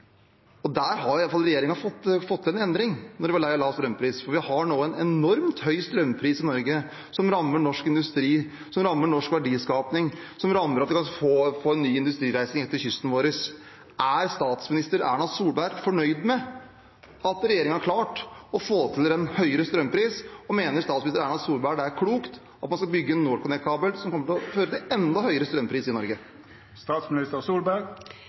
2016. Der har i alle fall regjeringen fått til en endring. For vi har nå en enormt høy strømpris i Norge, som rammer norsk industri, som rammer norsk verdiskaping, og som gjør at vi kan få en ny industrireise inn til kysten vår. Er statsminister Erna Solberg fornøyd med at regjeringen har klart å få til en høyere strømpris? Mener statsminister Erna Solberg det er klokt at man skal bygge NorthConnect-kabelen, som kommer til å føre til enda høyere strømpris i Norge?